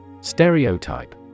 Stereotype